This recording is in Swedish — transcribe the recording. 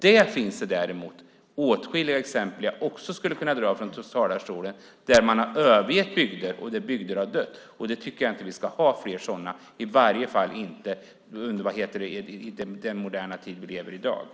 Där finns det däremot åtskilliga exempel, som jag skulle kunna dra från talarstolen, på att man har övergett bygder och att bygder har dött. Jag tycker inte att vi ska ha fler sådana, i varje fall inte i den moderna tid vi i dag lever i.